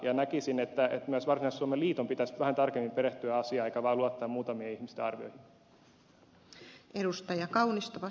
ja näkisin että myös varsinais suomen liiton pitäisi vähän tarkemmin perehtyä asiaan eikä vain luottaa muutamien ihmisten arvioihin